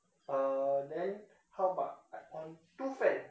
uh then how about I on two fan